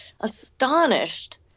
astonished